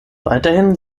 weiterhin